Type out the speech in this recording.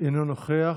אינו נוכח.